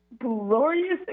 glorious